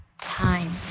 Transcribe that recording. Time